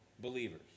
believers